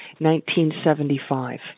1975